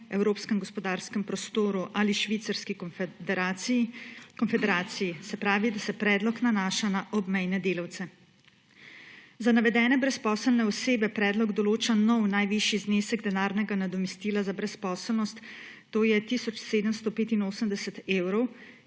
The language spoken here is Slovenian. Evropskem gospodarskem prostoru ali Švicarski konfederaciji. Se pravi, da se predlog nanaša na obmejne delavce. Za navedene brezposelne osebe predlog določa nov najvišji znesek denarnega nadomestila za brezposelnost, to je tisoč 785 evrov,